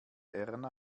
erna